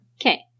Okay